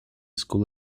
school